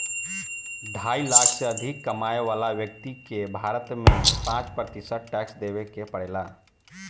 ढाई लाख से अधिक कमाए वाला व्यक्ति के भारत में पाँच प्रतिशत टैक्स देवे के पड़ेला